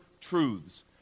truths